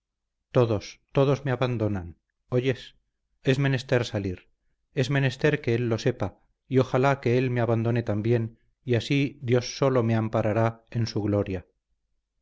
todos todos me abandonan oyes es menester salir es menester que él lo sepa y ojalá que él me abandone también y así dios sólo me amparará en su gloria